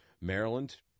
Maryland